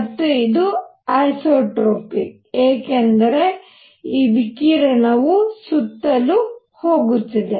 ಮತ್ತು ಇದು ಐಸೊಟ್ರೊಪಿಕ್ ಏಕೆಂದರೆ ಈ ವಿಕಿರಣವು ಸುತ್ತಲೂ ಹೋಗುತ್ತಿದೆ